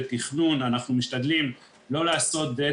בתכנון אנחנו משתדלים לא לעשות dead